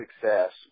success